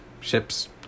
ships